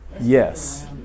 Yes